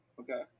Okay